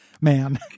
man